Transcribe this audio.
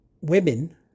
women